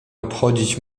obchodzić